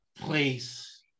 place